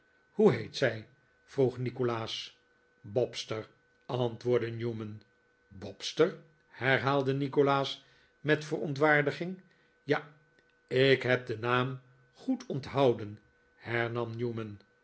hoe heet zij vroeg nikolaas bobster antwoordde newman bobster herhaalde nikolaas met verontwaardiging ja ik heb den naam goed onthouden hernam newman